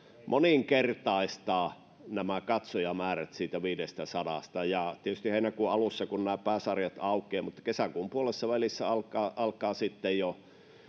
moninkertaistaa nämä katsojamäärät siitä viidestäsadasta tietysti se on heinäkuun alussa kun pääsarjat aukeavat mutta kesäkuun puolessavälissä alkaa alkaa jo